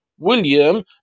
William